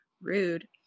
Rude